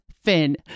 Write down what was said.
Finn